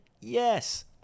Yes